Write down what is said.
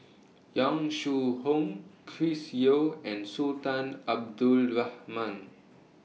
Yong Shu Hoong Chris Yeo and Sultan Abdul Rahman